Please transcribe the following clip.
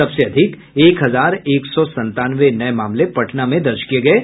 सबसे अधिक एक हजार एक सौ संतानवे नये मामले पटना में दर्ज किये गये